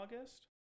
august